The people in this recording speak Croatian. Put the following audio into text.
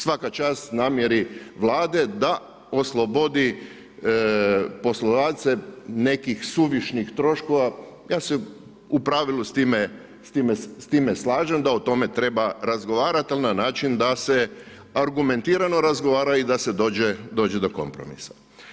Svaka čast namjeri Vlade da oslobodi poslodavce nekih suvišnih troškova, ja se u pravilu s time slažem da o tome razgovarati ali na način da se argumentirano razgovara i da se dođe do kompromisa.